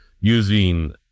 using